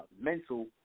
mental –